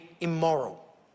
immoral